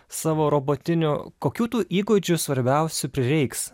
savo robotinių kokių tų įgūdžių svarbiausių prireiks